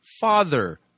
father